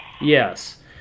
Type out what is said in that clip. Yes